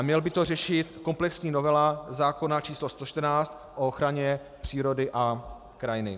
Měla by to řešit komplexní novela zákona číslo 114, o ochraně přírody a krajiny.